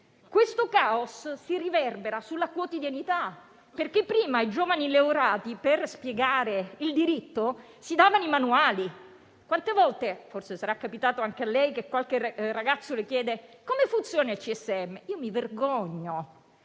e tale caos si riverbera sulla quotidianità. Prima ai giovani laureati per spiegare il diritto si davano i manuali. Forse sarà capitato anche a lei che qualche ragazzo le chieda: come funziona il CSM? Io mi vergogno